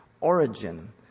origin